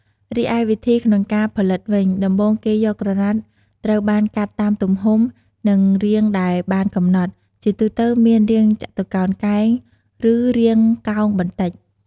រីឯវិធីក្នុងការផលិតវិញ ដំបូងគេយកក្រណាត់ត្រូវបានកាត់តាមទំហំ និងរាងដែលបានកំណត់ ជាទូទៅមានរាងចតុកោណកែង ឬរាងកោងបន្តិច។